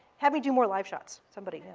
have me do more live shots, somebody.